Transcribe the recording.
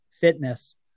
fitness